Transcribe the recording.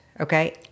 Okay